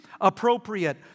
appropriate